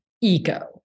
ego